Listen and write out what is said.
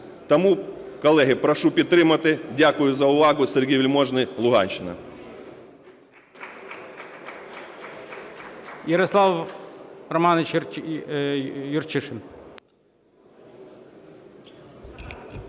Тому, колеги, прошу підтримати. Дякую за увагу. Сергій Вельможний, Луганщина.